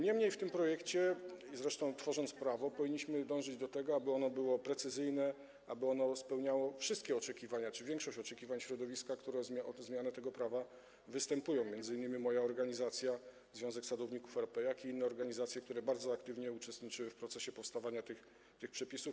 Niemniej w tym projekcie, i w ogóle tworząc prawo, powinniśmy dążyć do tego, aby przepisy były precyzyjne, spełniały wszystkie oczekiwania czy większość oczekiwań środowisk, które o zmianę tego prawa występują, co czyni m.in. moja organizacja, Związek Sadowników RP, i inne organizacje, które bardzo aktywnie uczestniczyły w procesie powstawania tych przepisów.